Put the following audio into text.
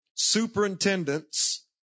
superintendents